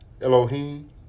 Elohim